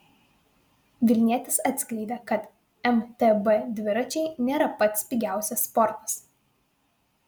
vilnietis atskleidė kad mtb dviračiai nėra pats pigiausias sportas